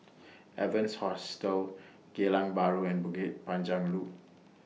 Evans Hostel Geylang Bahru and Bukit Panjang Loop